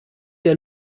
der